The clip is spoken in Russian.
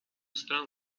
стран